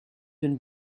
been